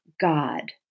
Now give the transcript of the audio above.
God